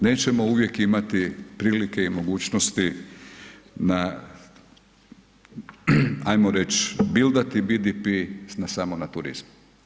Nećemo uvijek imati prilike i mogućnosti na ajmo reć, bildati BDP samo na turizmu.